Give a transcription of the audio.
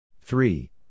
Three